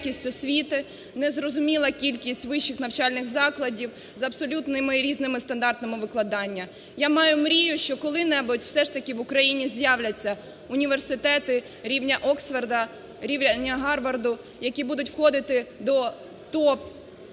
Я маю мрію, що коли-небудь все ж таки в Україні з'являться університети рівня Оксфорду, рівня Гарварду, які будуть входити до топ-рейтингів